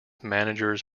managers